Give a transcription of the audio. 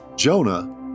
Jonah